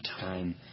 time